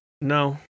No